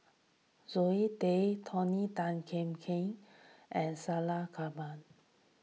Zoe Tay Tony Tan Keng Yam and Salleh Japar